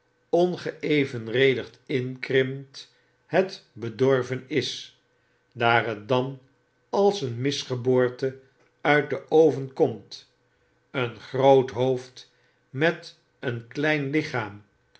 ongeevenredigd inkrimpt het bedorven is daar het dan als een misgeboorte uit den oven komt een gjroot hoofd met een klein lichaam